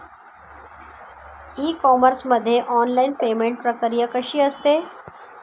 E commerce मध्ये online payment प्रक्रिया कशी असते?